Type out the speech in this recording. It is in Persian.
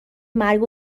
مرگ